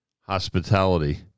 hospitality